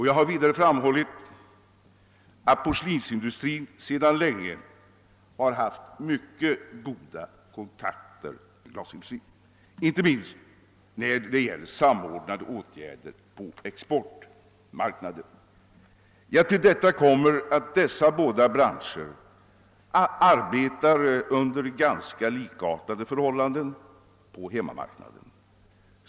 Jag har vidare framhållit, att porslinsindustrin sedan länge har haft goda kontakter med glasindustrin, inte minst när det gäller samordnade åtgärder på exportmarknaden. Till detta kommer att dessa båda branscher arbetar under ganska likartade förhållanden på hemmamarknaden.